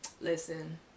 Listen